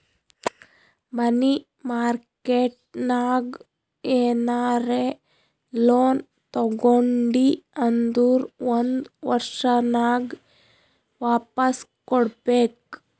ಮನಿ market ನಾಗ್ ಏನರೆ loan ತಗೊಂಡಿ ಅಂದುರ್ ಒಂದ್ ವರ್ಷನಾಗೆ ವಾಪಾಸ್ ಕೊಡ್ಬೇಕ್